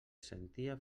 sentia